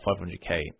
500k